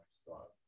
start